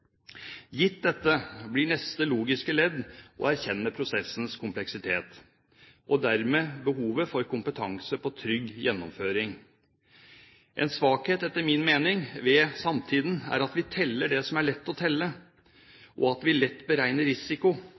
Gitt dette blir neste logiske ledd å erkjenne prosessens kompleksitet, og dermed behovet for kompetanse på trygg gjennomføring. En svakhet etter min mening ved samtiden er at vi teller det som er lett å telle, og at vi lett beregner risiko